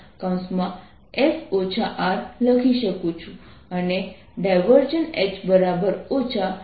તેથી જો આપણે r R ની કિંમત લખીશું તો પછી આપણે જોઈ શકીએ કેcossinddR2r2 2rRcoscosθsinsinθcosϕ ϕ